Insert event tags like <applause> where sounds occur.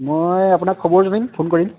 মই আপোনাক খবৰ <unintelligible> ফোন কৰিম